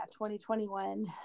2021